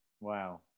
Wow